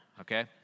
okay